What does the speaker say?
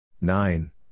Nine